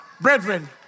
Brethren